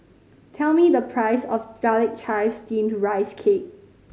tell me the price of Garlic Chives Steamed Rice Cake